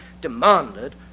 demanded